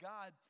God